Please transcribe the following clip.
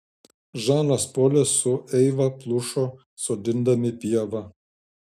žanas polis su eiva plušo sodindami pievą